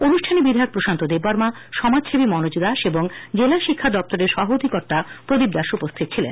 অনুষ্ঠানে বিধায়ক প্রশান্ত দেববর্মা সমাজসেবী মনোজ দাস এবং জেলা শিক্ষা দপ্তরের সহ অধিকর্তা প্রদীপ দাস উপস্থিত ছিলেন